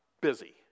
busy